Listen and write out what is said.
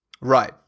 Right